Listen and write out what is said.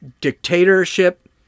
dictatorship